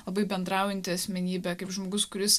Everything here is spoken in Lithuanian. labai bendraujanti asmenybė kaip žmogus kuris